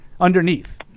underneath